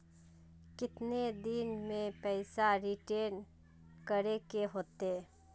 कितने दिन में पैसा रिटर्न करे के होते?